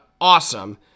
awesome